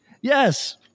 Yes